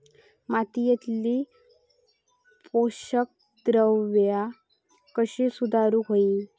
मातीयेतली पोषकद्रव्या कशी सुधारुक होई?